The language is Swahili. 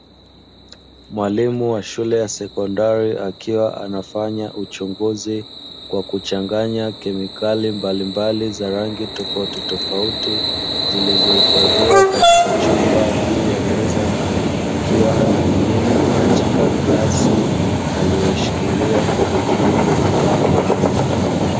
Mwalimu wa shule ya sekondari akiwa anafanya uchunguzi kwa kuchanganya kemikali mbalimbali za rangi tofautitofauti zilizohifadhiwa katika chupa juu ya meza, akiwa anamimina katika glasi aliyoishikilia kwa kutumia kifaa maalumu.